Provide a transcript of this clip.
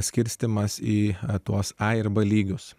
skirstymas į tuos a ir b lygius